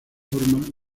forma